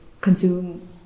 consume